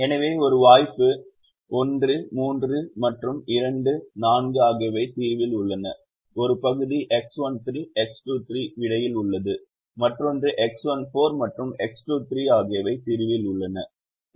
எனவே ஒரு வாய்ப்பு 1 3 மற்றும் 2 4 ஆகியவை தீர்வில் உள்ளன ஒரு பகுதி X13 X24 விடையில் உள்ளது மற்றொன்று X14 மற்றும் X23 ஆகியவை தீர்வில் உள்ளன